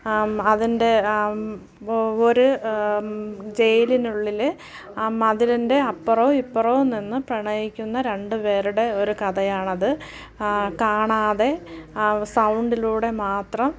അം അതിൻ്റെ അം ഒരു ജയിലിനുള്ളിൽ ആ മതിലിൻ്റെ അപ്പുറവും ഇപ്പുറവും നിന്ന് പ്രണയിക്കുന്ന രണ്ട് പേരുടെ ഒരു കഥയാണ് അത് കാണാതെ സൗണ്ടിലൂടെ മാത്രം